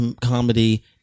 comedy